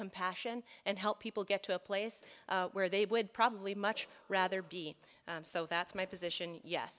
compassion and help people get to a place where they would probably much rather be so that's my position ye